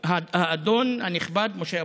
האדון הנכבד משה אבוטבול.